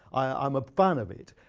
i'm a fan of it.